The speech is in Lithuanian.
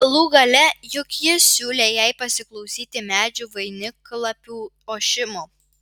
galų gale juk jis siūlė jai pasiklausyti medžio vainiklapių ošimo